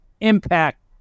impact